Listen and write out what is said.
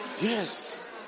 Yes